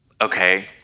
Okay